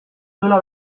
duela